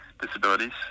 disabilities